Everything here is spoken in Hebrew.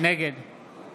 נגד